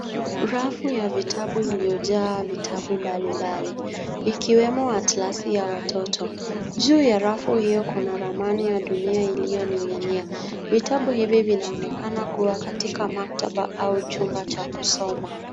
Rafu ya vitabu iliyojaa vitabu mbalimbali ikiwemo atlasi ya watoto. Juu ya rafu huyo kuna ramani ya dunia iliyoning'inia . Vitabu hivi vinaonekana kuwa katika maktaba au chumba cha kusoma.